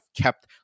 kept